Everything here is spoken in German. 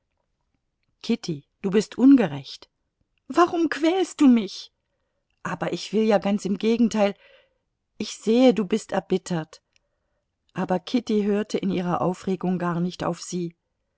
kitty du bist ungerecht warum quälst du mich aber ich will ja ganz im gegenteil ich sehe du bist erbittert aber kitty hörte in ihrer aufregung gar nicht auf sie